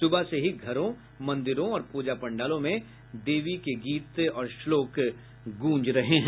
सुबह से ही घरों मंदिरों और पूजा पंडालों में देवी के गीत और श्लोक गूंजने लगे हैं